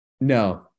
No